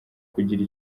kugira